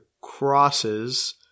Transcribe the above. crosses